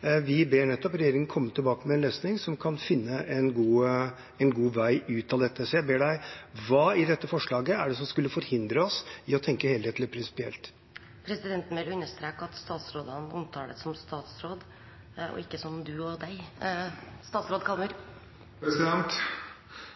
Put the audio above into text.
vi ber regjeringen komme tilbake med en løsning som kan finne en god vei ut av dette. Så jeg ber deg: Hva i dette forslaget er det som skulle hindre oss i å tenke helhetlig og prinsipielt? Presidenten vil understreke at statsrådene omtales som statsråd – og ikke som «du» og «deg».